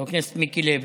חבר הכנסת מיקי לוי,